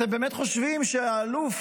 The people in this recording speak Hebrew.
אתם באמת חושבים שהאלוף,